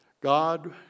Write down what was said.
God